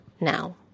now